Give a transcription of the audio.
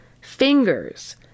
fingers